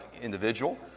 individual